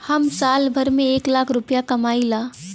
हम साल भर में एक लाख रूपया कमाई ला